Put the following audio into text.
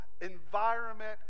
environment